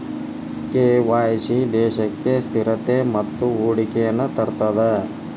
KYC ದೇಶಕ್ಕ ಸ್ಥಿರತೆ ಮತ್ತ ಹೂಡಿಕೆಯನ್ನ ತರ್ತದ